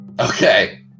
Okay